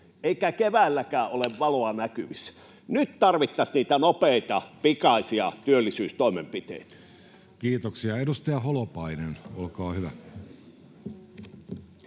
eikä keväälläkään ole valoa näkyvissä.” Nyt tarvittaisiin niitä nopeita, pikaisia työllisyystoimenpiteitä. Kiitoksia. — Edustaja Holopainen, olkaa hyvä.